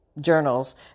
journals